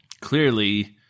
clearly